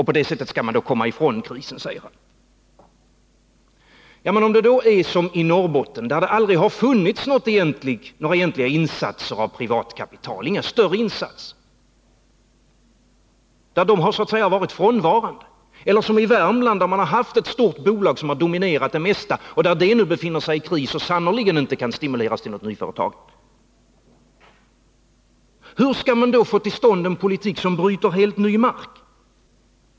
På det sättet skall man komma ifrån krisen, säger Elver Jonsson. Men om det är som i Norrbotten, där det aldrig har funnits några egentliga insatser av privatkapital, inga större insatser, utan där dessa så att säga varit frånvarande, eller som i Värmland, där man har haft ett stort bolag som har dominerat det mesta av näringslivet och som nu befinner sig i kris och sannerligen inte kan stimulera till något nyföretagande — hur skall man då få till stånd en politik som bryter helt ny mark?